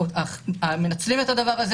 מנצלים את זה,